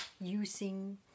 using